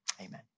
amen